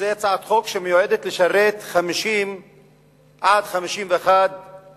זו הצעת חוק שמיועדת לשרת 50 עד 51 אנשים,